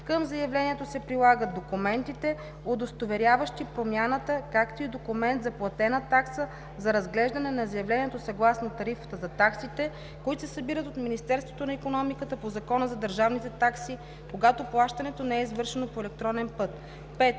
Към заявлението се прилагат документите, удостоверяващи промяната, както и документ за платена такса за разглеждане на заявлението съгласно тарифата за таксите, които се събират от Министерството на икономиката по Закона за държавните такси, когато плащането не е извършено по електронен път.“ 5.